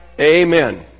amen